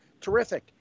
terrific